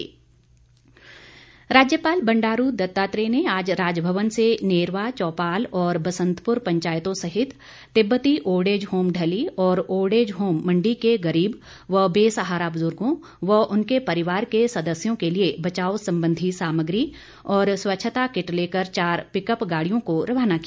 राज्यपाल राज्यपाल बंडारू दत्तात्रेय ने आज राजभवन से नेरवा चौपाल और बंसतपुर पंचायतों सहित तिब्बती ओल्डेज होम ढली और ओल्डेज होम मण्डी के गरीब व बेसहारा बुजुर्गों व उनके परिवार के सदस्यों के लिए बचाव संबंधी सामग्री और स्वच्छता किट लेकर चार पिकअप गाड़ियों को रवाना किया